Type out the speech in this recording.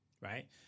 right